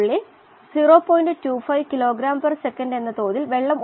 DO set point അളക്കുകയും നിയന്ത്രിക്കുകയും ചെയ്യേണ്ടത് ഉണ്ട്